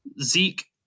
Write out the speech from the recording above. Zeke